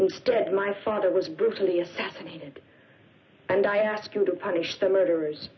instead my father was brutally assassinated and i ask you to punish the murderers